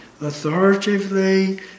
authoritatively